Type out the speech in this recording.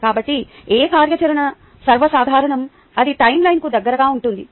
కాబట్టి ఏ కార్యాచరణ సర్వసాధారణం అది టైమ్లైన్కు దగ్గరగా ఉంటుంది